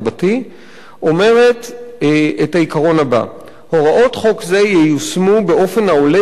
אומרת את העיקרון הבא: "הוראות חוק זה ייושמו באופן העולה בקנה